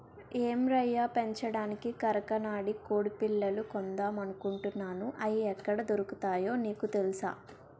ఏం రయ్యా పెంచడానికి కరకనాడి కొడిపిల్లలు కొందామనుకుంటున్నాను, అయి ఎక్కడ దొరుకుతాయో నీకు తెలుసా?